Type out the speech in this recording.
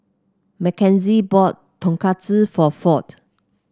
Makenzie bought Tonkatsu for Ford